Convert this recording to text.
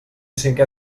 cinqué